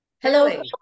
Hello